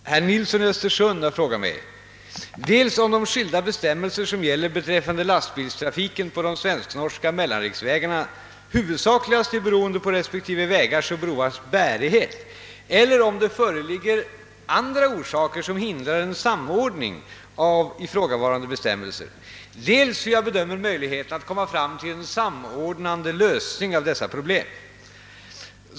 Herr talman! Herr Nilsson i Östersund har frågat mig dels om de skilda bestämmelser som gäller beträffande lastbilstrafiken på de svensk-norska mellanriksvägarna huvudsakligast är beroende på respektive vägars och broars bärighet, eller om det föreligger andra orsaker som hindrar en samordning av ifrågavarande bestämmelser, dels hur jag bedömer möjligheterna att komma fram till en samordnande lösning av dessa problem.